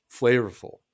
flavorful